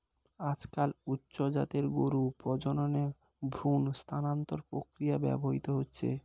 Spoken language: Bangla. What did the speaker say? আজকাল উচ্চ জাতের গরুর প্রজননে ভ্রূণ স্থানান্তর প্রক্রিয়া ব্যবহৃত হচ্ছে